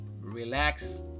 relax